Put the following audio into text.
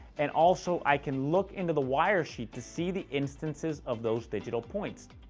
and also i can look into the wire sheet to see the instances of those digital points.